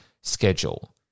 schedule